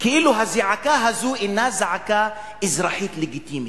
כאילו הזעקה הזו אינה זעקה אזרחית לגיטימית.